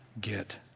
get